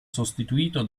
sostituito